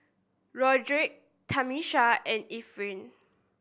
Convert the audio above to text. Roderick Tamisha and Efren